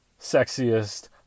sexiest